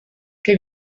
che